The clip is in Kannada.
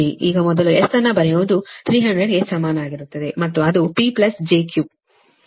ಈಗ ಮೊದಲು S ಅನ್ನು ಬರೆಯುವುದು 300 ಕ್ಕೆ ಸಮನಾಗಿರುತ್ತದೆ ಮತ್ತು ಅದು P j Q